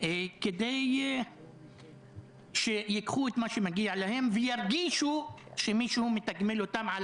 כדי שייקחו את מה שמגיע להם וירגישו שמישהו מתגמל אותם על